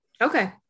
Okay